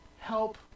help